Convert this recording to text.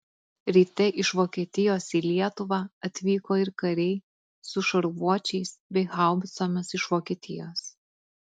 ryte iš vokietijos į lietuvą atvyko ir kariai su šarvuočiais bei haubicomis iš vokietijos